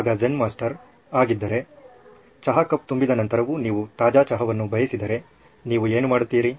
ಆಗ Zen master ಹಾಗಿದ್ದರೆ ಚಹಾ ಕಪ್ ತುಂಬಿದ ನಂತರವೂ ನೀವು ತಾಜಾ ಚಹಾವನ್ನು ಬಯಸಿದರೆ ನೀವು ಏನು ಮಾಡುತ್ತೀರಿ